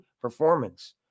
performance